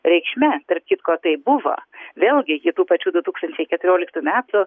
reikšme tarp kitko tai buvo vėlgi iki tų pačių du tūkstančiai keturioliktų metų